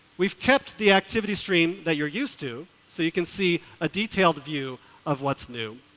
we've kept the activity stream that you're used to, so you can see a detailed view of what's new.